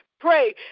pray